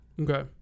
Okay